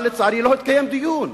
אבל, לצערי, לא התקיים דיון.